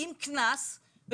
עם קנס,